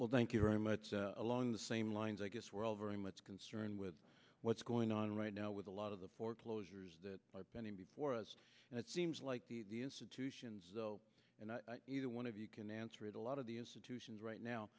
well thank you very much along the same lines i guess we're all very much concerned with what's going on right now with a lot of the foreclosures that are pending before us and it seems like the institutions and neither one of you can answer it a lot of the institutions right now